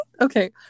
okay